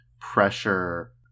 pressure